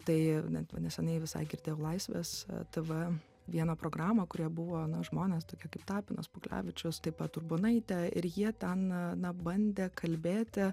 tai net va neseniai visai girdėjau laisvės tv vieną programą kurioj buvo na žmonės tokie kaip tapinas puklevičius taip pat urbonaitė ir jie ten na bandė kalbėti